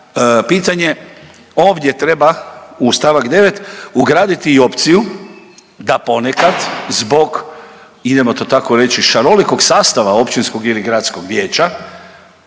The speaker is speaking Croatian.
pitanje ovdje treba u st. 9. ugraditi i opciju da ponekad zbog, idemo to tako reći, šarolikog sastava općinskog ili gradskog vijeća